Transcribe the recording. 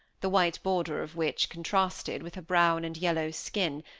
the white border of which contrasted with her brown and yellow skin,